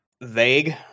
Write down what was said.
vague